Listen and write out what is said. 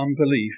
unbelief